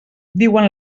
diuen